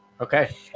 Okay